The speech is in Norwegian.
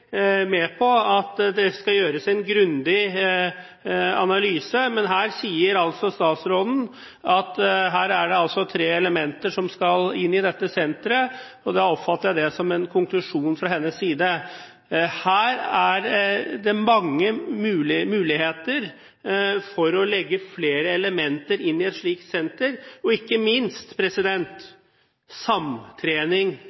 med på at det skal gjøres en grundig analyse, men her sier altså statsråden at det er tre elementer som skal inn i dette senteret, og da oppfatter jeg dette som en konklusjon fra hennes side. Det er mange muligheter for å legge flere elementer inn i et slikt senter – ikke minst